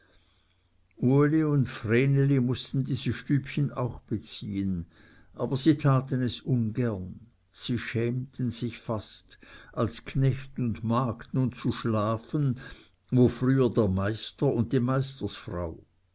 uli und vreneli mußten dieses stübchen auch beziehen aber sie taten es ungern sie schämten sich fast als knecht und magd nun zu schlafen wo früher der meister und die